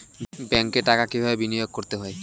ব্যাংকে টাকা কিভাবে বিনোয়োগ করতে হয়?